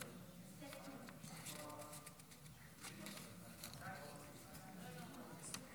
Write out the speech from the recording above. לשר הרווחה והביטחון החברתי נתקבלה.